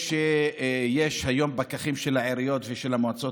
ויש היום פקחים של העיריות ושל המועצות